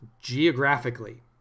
geographically